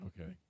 Okay